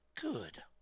Good